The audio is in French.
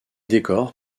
décors